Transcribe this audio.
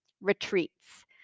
retreats